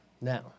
now